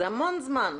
זה המון זמן.